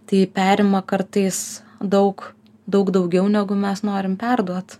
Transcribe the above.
tai perima kartais daug daug daugiau negu mes norim perduot